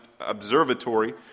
Observatory